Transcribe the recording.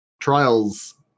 Trials